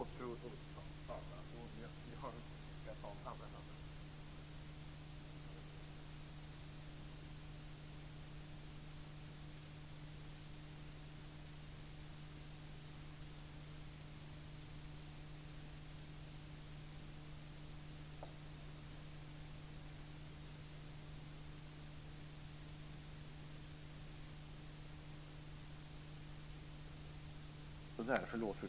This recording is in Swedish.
Fru talman! Förlåt!